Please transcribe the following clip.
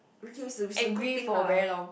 okay it's a it's a good thing lah